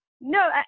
No